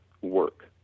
work